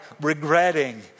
regretting